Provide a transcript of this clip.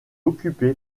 occupé